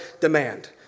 demand